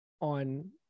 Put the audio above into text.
on